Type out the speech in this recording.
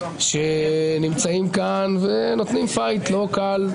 שנמצאים כאן ונותנים מאבק לא קל,